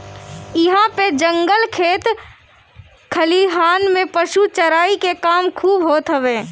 इहां पे जंगल खेत खलिहान में पशु चराई के काम खूब होत हवे